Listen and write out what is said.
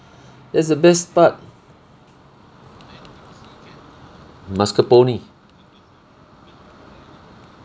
that's the best part mascarpone